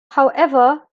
however